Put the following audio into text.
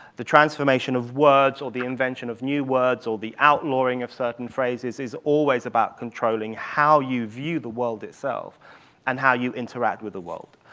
the transformation of words or the invention of new words or the outlawing of certain phrases is always about controlling how you view the world itself and how you interact with the world.